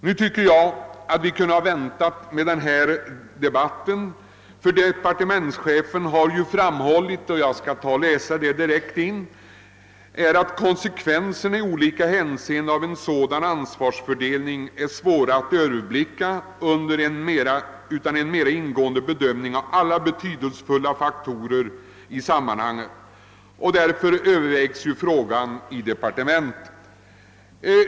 Nu tycker jag att vi kunde ha väntat med den här debatten, eftersom såsom departementschefen har framhållit konsekvenserna i olika hänseenden av ansvarsfördelningen är svåra att överblicka utan en mera ingående bedömning av alla betydelsefulla faktorer i sammanhanget. Frågan övervägs ju också i departementet.